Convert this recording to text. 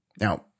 Now